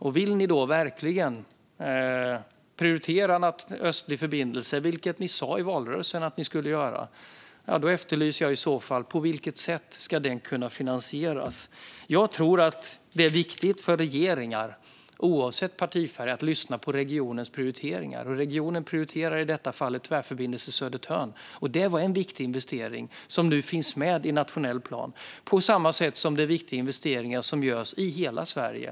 Om ni verkligen vill prioritera Östlig förbindelse, vilket ni sa i valrörelsen att ni skulle göra, undrar jag på vilket sätt den ska finansieras. Jag tror att det är viktigt för regeringar, oavsett partifärg, att lyssna på regionens prioriteringar. Regionen prioriterar i detta fall Tvärförbindelse Södertörn, och det är en viktig investering som nu finns med i nationell plan, på samma sätt som de viktiga investeringar som görs i hela Sverige.